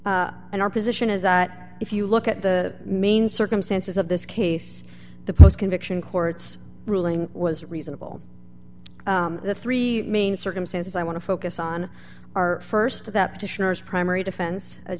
and our position is that if you look at the main circumstances of this case the post conviction court's ruling was reasonable the three main circumstances i want to focus on our st to that petitioners primary defense as